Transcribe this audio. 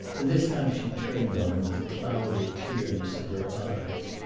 and this time she turned on him the clouded clearness of her eyes.